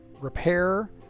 repair